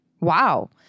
Wow